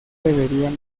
deberían